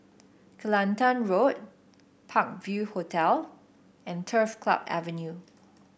Kelantan Road Park View Hotel and Turf Club Avenue